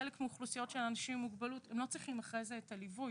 חלק מהאוכלוסיות של אנשים עם מוגבלות הם לא צריכים אחרי זה את הליווי.